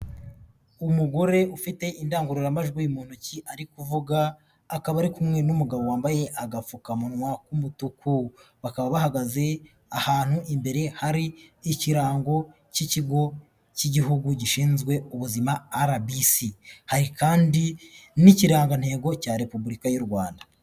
Umugore ufite indangururamajwi mu ntoki ari kuvuga, akaba ari kumwe n'umugabo wambaye agapfukamunwa k'umutuku. Bakaba bahagaze ahantu imbere hari ikirango, cy'ikigo cy'igihugu gishinzwe ubuzima, RBC. Hari kandi n'ikirangantego cya repubulika y'u Rwanda.